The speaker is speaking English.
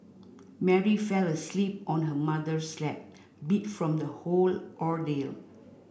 Mary fell asleep on her mother's lap beat from the whole ordeal